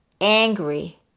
angry